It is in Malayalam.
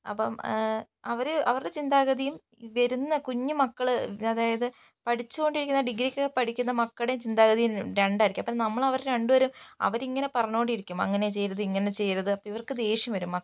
അപ്പം അവര് അവരുടെ ചിന്താഗതിയും വരുന്ന കുഞ്ഞിമക്കള് അതായത് പഠിച്ചോണ്ടിരിക്കുന്ന ഡിഗ്രികൊക്കെ പഠിക്കുന്ന മക്കളുടേയും ചിന്താഗതി രണ്ടായിരിക്കും അപ്പോൾ നമ്മളവരെ രണ്ടുപേരേം അവരിങ്ങനെ പറഞ്ഞോണ്ടിരിക്കും അങ്ങനെ ചെയ്യരുത് ഇങ്ങനെ ചെയ്യരുത് ഇവർക്ക് ദേഷ്യം വരും മക്കക്ക്